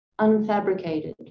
unfabricated